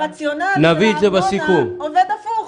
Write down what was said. הרציונל של הארנונה עובד הפוך.